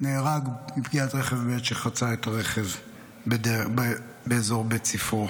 נהרג מפגיעת רכב בעת שחצה באזור בית ספרו.